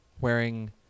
wearing